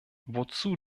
wozu